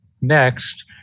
next